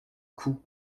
coût